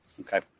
Okay